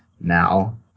Now